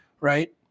right